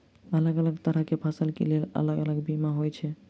अलग अलग तरह केँ फसल केँ लेल अलग अलग बीमा होइ छै?